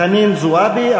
חנין זועבי.